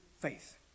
faith